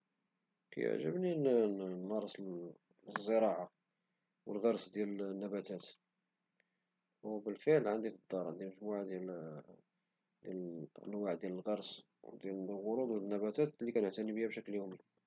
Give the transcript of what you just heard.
كيعجبني نمارس الزراعة والغرس ديال النباتات وبالفعل عندي في الدار مجموعة ديال أنواع الغرس وديال الورود والنباتات لي كنعتني بها بشكل يومي.